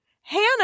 Hannah